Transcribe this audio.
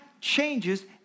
changes